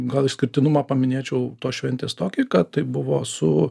gal išskirtinumą paminėčiau tos šventės tokį kad tai buvo su